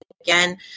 again